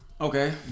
Okay